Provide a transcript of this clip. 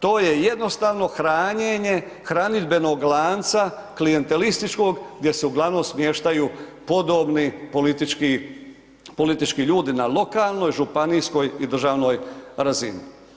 To je jednostavno hranjenje hranidbenog lanca klijentelističkog gdje se uglavnom smještaju podobni politički ljudi na lokalnoj, županijskoj i državnoj razini.